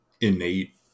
innate